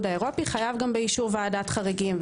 האירופי חייב גם באישור ועדת חריגים.